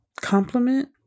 compliment